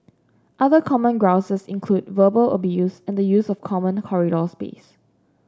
other common grouses include verbal abuse and the use of common corridor space